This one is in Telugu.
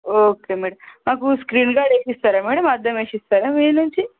ఓకే మేడం మాకు స్క్రీన్ కార్డు వేసి ఇస్తారా మేడం అద్దం వేసి ఇస్తారా మీ నుంచి